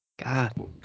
God